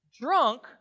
Drunk